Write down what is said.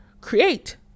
create